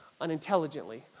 unintelligently